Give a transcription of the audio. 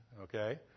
okay